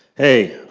hey,